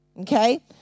Okay